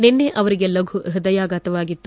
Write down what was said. ನಿನ್ನೆ ಅವರಿಗೆ ಲಘು ಹ್ಳದಯಘಾತವಾಗಿತ್ತು